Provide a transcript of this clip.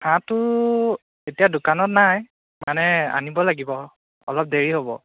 হাঁহটো এতিয়া দোকানত নাই মানে আনিব লাগিব অলপ দেৰি হ'ব